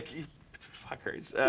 you fuckers.